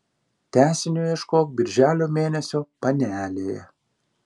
tęsinio ieškok birželio mėnesio panelėje